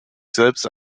selbst